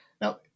now